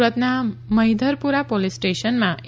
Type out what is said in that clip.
સુરતના મહિધરપુરા પોલીસ સ્ટેશનમાં એ